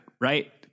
right